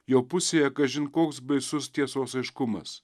jo pusėje kažin koks baisus tiesos aiškumas